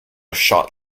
shot